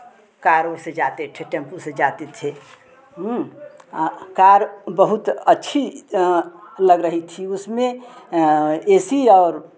car ओर से जाते थे टेम्पू से जाते थे कार बहुत अच्छी लग रही थी उसमें ए सी और